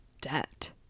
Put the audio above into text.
debt